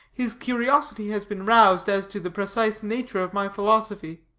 his curiosity has been roused as to the precise nature of my philosophy,